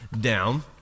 down